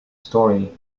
story